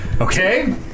Okay